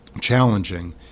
challenging